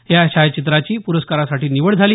या छायाचित्राची प्रस्कारासाठी निवड झाली